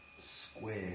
square